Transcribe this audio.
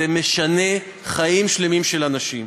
זה משנה חיים שלמים של אנשים.